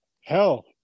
hell